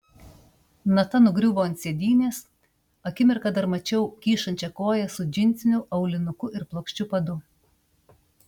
nata nugriuvo ant sėdynės akimirką dar mačiau kyšančią koją su džinsiniu aulinuku ir plokščiu padu